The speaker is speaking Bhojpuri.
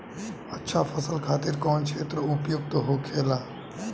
अच्छा फसल खातिर कौन क्षेत्र उपयुक्त होखेला?